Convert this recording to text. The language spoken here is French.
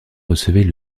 recevait